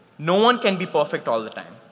no one can be perfect all the time